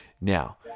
now